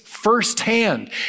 Firsthand